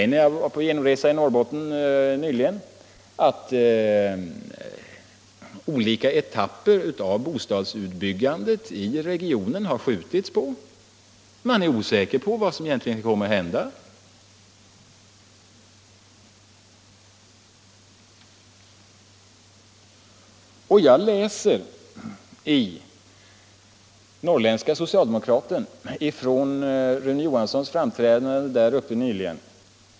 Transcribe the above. När jag var på genomresa i Norrbotten nyligen sades det mig att olika etapper av bostadsutbyggandet i regionen har skjutits på framtiden, därför att man är osäker om vad som egentligen kommer att hända. Jag har också läst i Norrländska Socialdemokraten att Rune Johansson gjort ett framträdande där uppe nyligen.